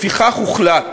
לפיכך, הוחלט